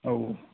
औ औ